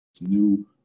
new